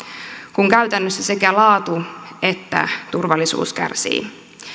kun käytännössä sekä laatu että turvallisuus kärsivät